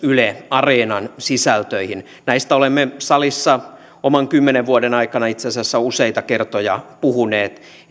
areenan sisältöihin näistä olemme salissa oman kymmenen vuoden aikana itse asiassa useita kertoja puhuneet